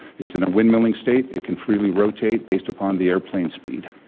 it's in a windmilling state, it can freely rotate based upon the airplane speed.